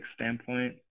standpoint